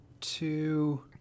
two